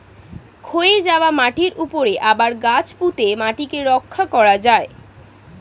ক্ষয়ে যাওয়া মাটির উপরে আবার গাছ পুঁতে মাটিকে রক্ষা করা যায়